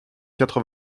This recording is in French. quatre